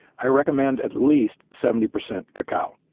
i recommend at least seventy percent cocoa.